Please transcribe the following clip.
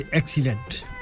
excellent